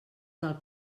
del